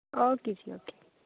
okay ਜੀ okay